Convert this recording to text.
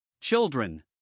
children